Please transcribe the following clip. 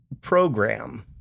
program